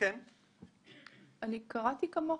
קראתי כמוך.